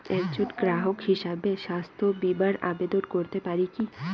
একজন গ্রাহক হিসাবে স্বাস্থ্য বিমার আবেদন করতে পারি কি?